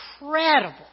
incredible